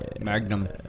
Magnum